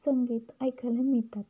संगीत ऐकायला मिळतात